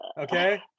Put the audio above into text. okay